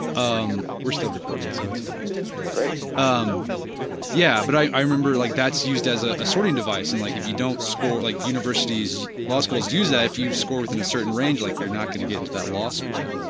um we're still recording so it's fine great brett mckay um yeah but i remember like that's used as ah a sorting device and like if you don't score like universities, law schools use that if you score within a certain range like you're not going to get into that law school.